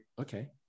okay